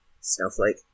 Snowflake